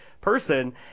person